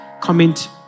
comment